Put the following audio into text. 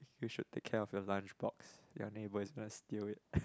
you should take care of your lunchbox your neighbour is going to steal it